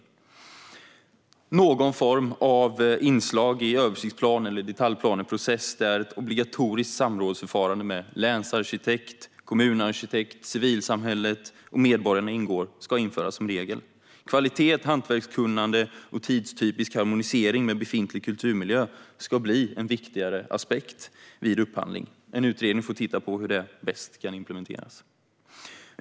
Vi föreslår också att någon form av inslag i översiktsplan eller detaljplaneprocess där ett obligatoriskt samrådsförfarande med länsarkitekt, kommunarkitekt, civilsamhället och medborgarna ingår ska införas som regel. Kvalitet, hantverkskunnande och tidstypisk harmonisering med befintlig kulturmiljö ska bli viktigare aspekter vid upphandling. En utredning får titta på hur detta bäst kan implementeras.